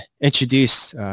introduce